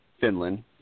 Finland